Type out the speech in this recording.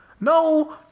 No